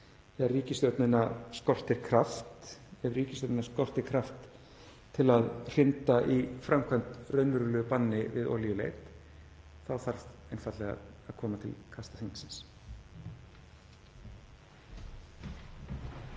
Ef ríkisstjórnina skortir kraft til að hrinda í framkvæmd raunverulegu banni við olíuleit þarf einfaldlega að koma til kasta þingsins.